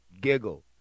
giggle